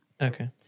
Okay